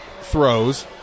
throws